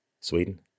Sweden